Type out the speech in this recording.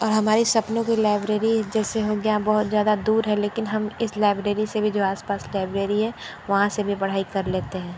और हमारी सपनों की लाइब्रेरी जैसे हो गया बहुत ज़्यादा दूर है लेकिन हम इस लाइब्रेरी से भी जो आसपास लाइब्रेरी है वहाँ से भी पढ़ाई कर लेते हैं